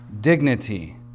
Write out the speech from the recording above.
dignity